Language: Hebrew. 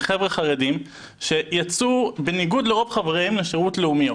אלה חבר'ה חרדים שיצאו בניגוד לרוב חבריהם לשירות לאומי.